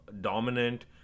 dominant